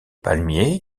palmiers